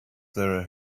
there